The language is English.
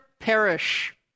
perish